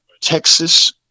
Texas